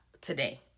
today